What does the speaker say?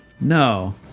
No